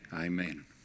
amen